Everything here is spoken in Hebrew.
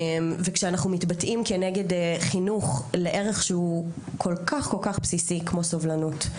וכנגד חינוך לערך כל כך בסיסי כמו סובלנות,